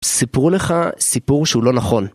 סיפרו לך סיפור שהוא לא נכון.